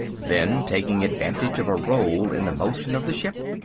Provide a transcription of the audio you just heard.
then taking advantage of a roll in the motion of the ship,